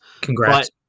Congrats